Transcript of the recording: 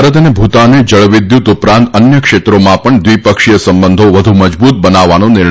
ભારત અને ભૂતાને જળવિદ્યુત ઉપરાંત અન્ય ક્ષેત્રોમાં પણ દ્વિપક્ષીય સંબંધો વધુ મજબૂત બનાવવાનો નિર્ણય લીધો છે